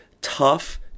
tough